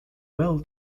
will